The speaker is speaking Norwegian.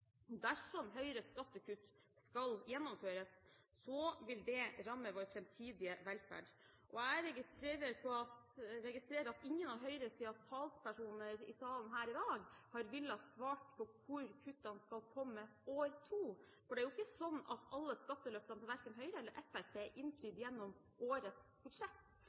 Dersom Høyres skattekutt skal gjennomføres, vil det ramme vår framtidige velferd. Jeg registrerer at ingen av høyresidens talspersoner i salen her i dag har villet svare på hvor kuttene skal komme i år to. For det er jo ikke sånn at alle skatteløftene verken til Høyre eller Fremskrittspartiet er innfridd gjennom årets budsjett.